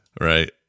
Right